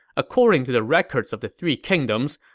according to the records of the three kingdoms,